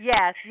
Yes